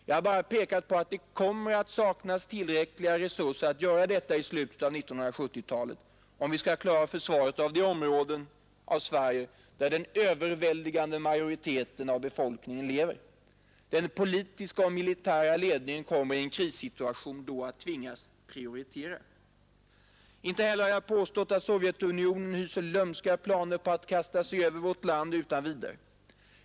Jag har bara pekat på att det kommer att saknas tillräckliga resurser att göra detta i slutet av 1970-talet, om vi skall klara av försvaret av de områden av Sverige där den överväldigande majoriteten av befolkningen lever. Den politiska och militära ledningen kommer i en krissituation att tvingas prioritera. Inte heller har jag påstått att Sovjetunionen hyser lömska planer på att utan vidare kasta sig över vårt land.